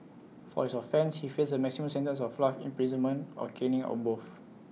for his offence he faced A maximum sentence of life imprisonment or caning or both